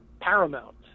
Paramount